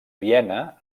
viena